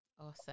Awesome